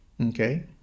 Okay